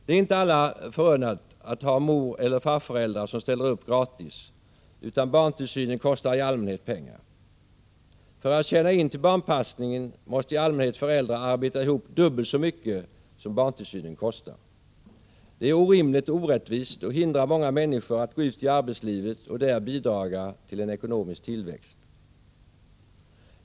Det är inte alla förunnat att ha moreller farföräldrar som ställer upp gratis, utan barntillsyn kostar i allmänhet pengar. För att tjäna in till barnpassningen måste i regel föräldern arbeta ihop dubbelt så mycket som barntillsynen kostar. Det är orimligt och orättvist och hindrar många människor från att gå ut i arbetslivet och där bidra till en ekonomiskt tillväxt.